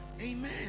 Amen